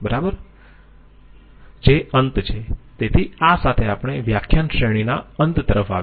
જે અંત છે તેથી આ સાથે આપણે વ્યાખ્યાન શ્રેણીના અંત તરફ આવીએ છીએ